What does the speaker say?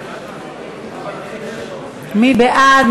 מי בעד?